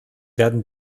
werden